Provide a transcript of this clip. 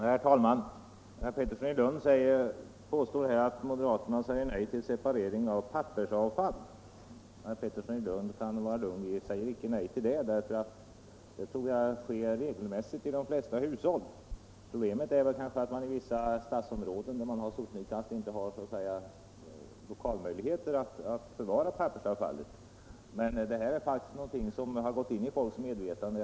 Herr talman! Herr Pettersson i Lund påstår att moderaterna säger nej till separering av pappersavfall. Herr Pettersson kan vara lugn — vi säger icke nej till detta. Jag tror emellertid att det sker regelmässigt i de flesta hushåll. Problemet är kanske att man i vissa stadsområden med sopnedkast inte har lokalmöjligheter att förvara pappersavfallet. Men detta är faktiskt någonting som gått in i folks medvetande.